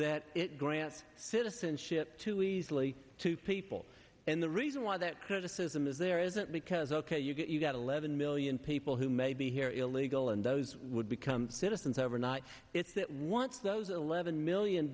that it grants citizenship to easily to people and the reason why that criticism is there isn't because ok you've got eleven million people who may be here illegal and those would become citizens overnight it's that once those eleven million